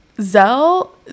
zell